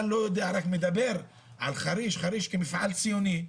לא יודע ורק מדבר על חריש כמפעל ציוני.